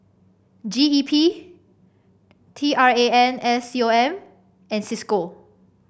G E P T R A N S C O M and Cisco